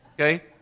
Okay